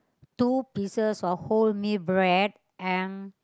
two pieces of wholemeal bread and